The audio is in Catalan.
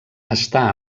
està